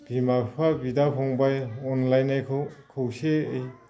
बिमा बिफा बिदा फंबाइ अनलायनायखौ खौसेयै